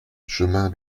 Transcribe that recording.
chemin